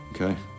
Okay